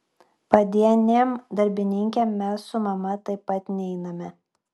padienėm darbininkėm mes su mama taip pat neiname